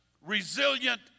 resilient